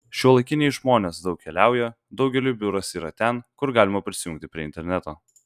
šiuolaikiniai žmonės daug keliauja daugeliui biuras yra ten kur galima prisijungti prie interneto